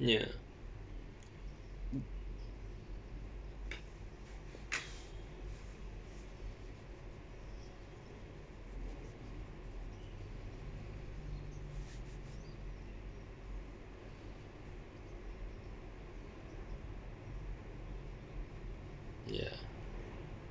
ya ya